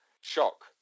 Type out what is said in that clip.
shock